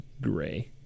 gray